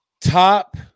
Top